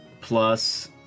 plus